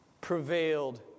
prevailed